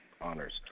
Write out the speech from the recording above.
honors